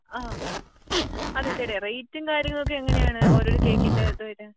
ആ അത് ചേട്ടാ റേറ്റും കാര്യങ്ങളും ഒക്കെ എങ്ങനെയാണ് ഓരോരോ കേക്കിൻ്റെ ഇതുവായിട്ട്